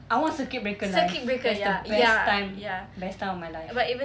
I want circuit breaker life that's the best time best time of my life